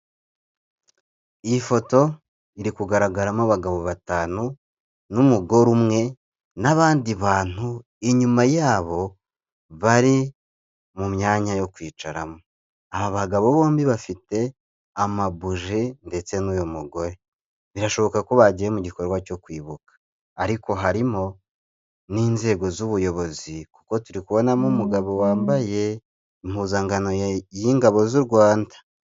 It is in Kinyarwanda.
Iyi foto iri kugaragaramo abagabo batanu n'umugore umwe n'abandi bantu inyuma yabo bari mu myanya yo kwicaramo, aba bagabo bombi bafite amabuje ndetse n'uyu mugore, birashoboka ko bagiye mu gikorwa cyo kwibuka ariko harimo n'inzego z'ubuyobozi kuko turi kubonamo umugabo wambaye impuzankano y'ingabo z'u Rwanda.